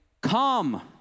come